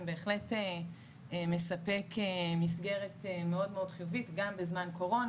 בהחלט מספק מסגרת מאוד מאוד חיובית גם בזמן קורונה,